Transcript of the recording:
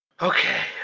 Okay